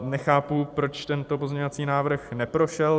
Nechápu, proč tento pozměňovací návrh neprošel.